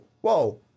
whoa